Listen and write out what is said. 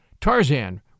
Tarzan